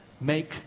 Make